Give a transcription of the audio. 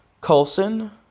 Coulson